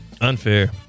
Unfair